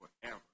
forever